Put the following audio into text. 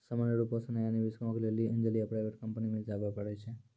सामान्य रुपो से नया निबेशको के लेली एंजल या प्राइवेट कंपनी मे जाबे परै छै